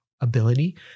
ability